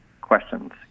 questions